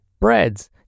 breads